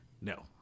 No